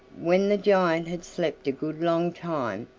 when the giant had slept a good long time,